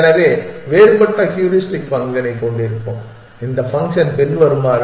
எனவே வேறுபட்ட ஹூரிஸ்டிக் ஃபங்க்ஷனைக் கொண்டிருப்போம் இந்த ஃபங்க்ஷன் பின்வருமாறு